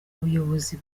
ubuyobozi